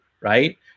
right